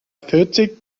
vierzig